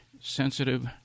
sensitive